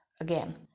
again